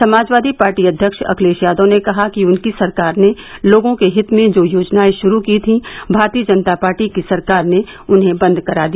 Samajwadi party अध्यक्ष अखिलेश यादव ने कहा कि उनकी सरकार ने लोगों के हित में जो योजनाए श्रू की थी भारतीय जनता पार्टी की सरकार ने उन्हें बंद कर दिया